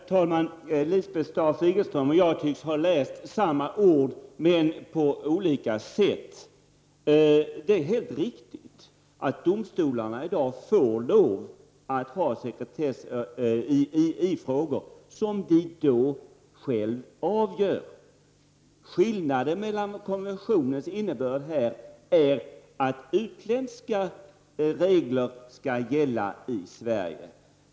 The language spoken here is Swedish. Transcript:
Herr talman! Lisbeth Staaf-Igelström och jag tycks ha läst samma ord, men på olika sätt. Det är helt riktigt att domstolarna i dag själva får avgöra sekretessen i de ärenden som behandlas. Konventionen innebär att utländska regler skall gälla i Sverige.